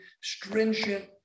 stringent